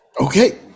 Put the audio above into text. Okay